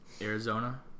Arizona